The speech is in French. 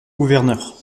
gouverneur